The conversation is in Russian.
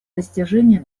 достижения